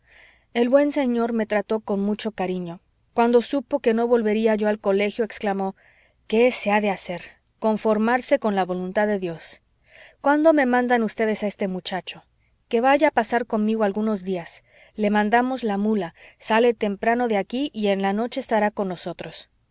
el buen señor me trató con mucho cariño cuando supo que no volvería yo al colegio exclamó qué se ha de hacer conformarse con la voluntad de dios cuándo me mandan ustedes a este muchacho que vaya a pasar conmigo algunos días le mandamos la mula sale temprano de aquí y en la noche estará con nosotros